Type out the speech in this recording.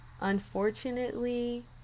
unfortunately